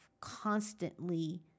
constantly